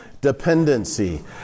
Dependency